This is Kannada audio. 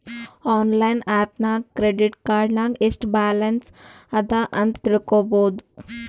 ಆನ್ಲೈನ್ ಆ್ಯಪ್ ನಾಗ್ ಕ್ರೆಡಿಟ್ ಕಾರ್ಡ್ ನಾಗ್ ಎಸ್ಟ್ ಬ್ಯಾಲನ್ಸ್ ಅದಾ ಅಂತ್ ತಿಳ್ಕೊಬೋದು